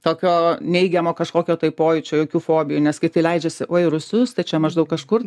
tokio neigiamo kažkokio tai pojūčio jokių fobijų nes kiti leidžiasi o į rūsius tačiau maždaug kažkur